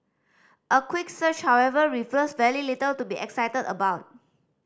a quick search however reveals very little to be excited about